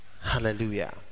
hallelujah